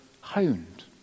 honed